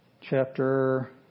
chapter